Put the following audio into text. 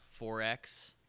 4X